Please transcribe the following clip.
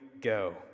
go